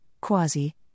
quasi